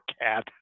cat